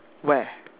where